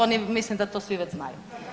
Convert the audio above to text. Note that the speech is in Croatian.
Oni mislim da to svi već znaju.